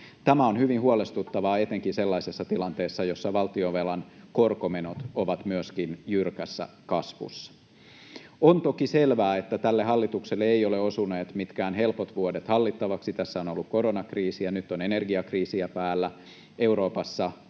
Tämä on hyvin huolestuttavaa etenkin sellaisessa tilanteessa, jossa valtionvelan korkomenot ovat myöskin jyrkässä kasvussa. On toki selvää, että tälle hallitukselle eivät ole osuneet mitkään helpot vuodet hallittavaksi. Tässä on ollut koronakriisi, ja nyt on energiakriisiä päällä, Euroopassa